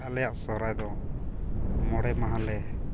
ᱟᱞᱮᱭᱟᱜ ᱥᱚᱨᱦᱟᱭᱫᱚ ᱢᱚᱬᱮ ᱢᱟᱦᱟᱞᱮ